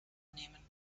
nehmen